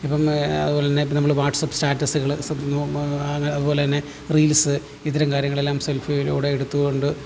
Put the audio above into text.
ഇപ്പം അതുപോലെതന്നെ ഇപ്പം നമ്മൾ വാട്സ്പ്പ് സ്റ്റാറ്റസുകൾ അങ്ങനെ അതുപോലെതന്നെ റീൽസ് ഇത്തരം കാര്യങ്ങളെല്ലാം സെൽഫിയിലൂടെ എടുത്തുകൊണ്ട്